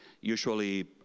usually